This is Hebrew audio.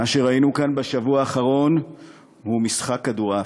מה שראינו כאן בשבוע האחרון הוא משחק כדורעף,